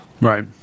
Right